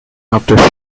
after